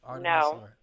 No